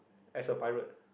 as a pirate